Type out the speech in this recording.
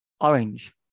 orange